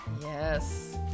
Yes